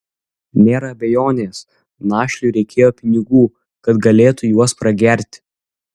nėra abejonės našliui reikėjo pinigų kad galėtų juos pragerti